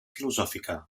filosòfica